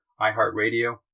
iHeartRadio